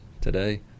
today